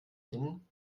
hin